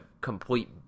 complete